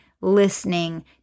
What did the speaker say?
listening